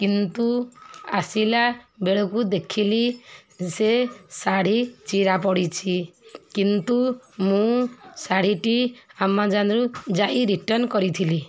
କିନ୍ତୁ ଆସିଲା ବେଳକୁ ଦେଖିଲି ସେ ଶାଢ଼ୀ ଚିରା ପଡ଼ିଛି କିନ୍ତୁ ମୁଁ ଶାଢ଼ୀଟି ଆମାଜନ୍ରୁ ଯାଇ ରିଟର୍ନ କରିଥିଲି